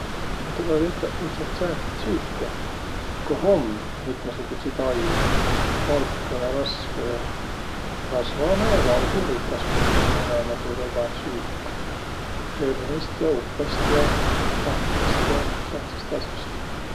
No tulõ tetäq sääntsit süüke, koh um mitmõsugutsit ainit: valkõ ja rasvo ja. Rasvanõ ja valgurikas piät tuu olõma, tuu vegansüük. Hernist ja upõst ja pähkmist ja sääntsist as'ost.